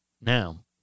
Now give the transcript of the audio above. Now